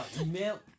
Email